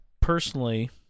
personally